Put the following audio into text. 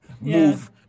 move